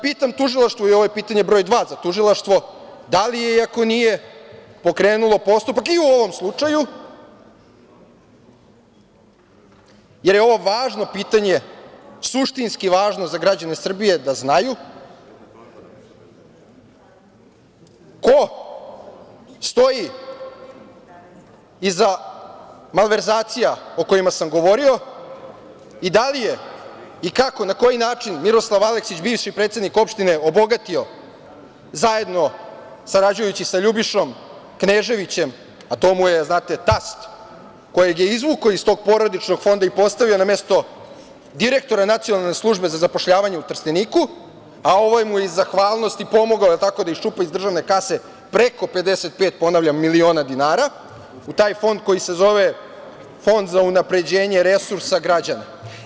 Pitam Tužilaštvo, ovo je pitanje broj dva za Tužilaštvo – da li je i ako nije pokrenulo postupak i u ovom slučaju, jer je ovo važno pitanje, suštinski važno za građane Srbije da znaju ko stoji iza malverzacija o kojima sam govorio i da li se i kako, na koji način Miroslav Aleksić, bivši predsednik opštine, obogatio zajedno sarađujući sa Ljubišom Kneževićem, a to mu je, znate, tast kojeg je izvukao iz tog porodičnog fonda i postavio na mesto direktora Nacionalne službe za zapošljavanje u Trsteniku, a ovaj mu je iz zahvalnosti pomogao, jel tako, da iščupa iz državne kase preko 55 miliona dinara, ponavljam, u taj fond koji se zove Fond za unapređenje resursa građana.